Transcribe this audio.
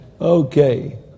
Okay